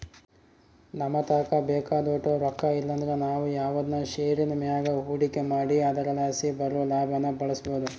ನಮತಾಕ ಬೇಕಾದೋಟು ರೊಕ್ಕ ಇಲ್ಲಂದ್ರ ನಾವು ಯಾವ್ದನ ಷೇರಿನ್ ಮ್ಯಾಗ ಹೂಡಿಕೆ ಮಾಡಿ ಅದರಲಾಸಿ ಬರೋ ಲಾಭಾನ ಬಳಸ್ಬೋದು